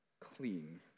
clean